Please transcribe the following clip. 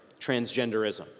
transgenderism